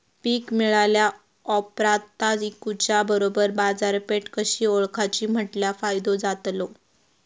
पीक मिळाल्या ऑप्रात ता इकुच्या बरोबर बाजारपेठ कशी ओळखाची म्हटल्या फायदो जातलो?